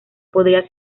podía